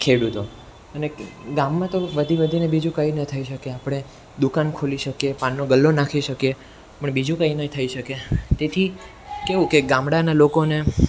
ખેડૂતો અને ગામમાં તો વધી વધીને બીજું કાંઈ ના થઈ શકે આપણે દુકાન ખોલી શકીએ પાનનો ગલ્લો નાખી શકીએ પણ બીજું કંઈ નહીં થઈ શકે તેથી કેવું કે ગામડાનાં લોકોને